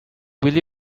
will